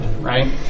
right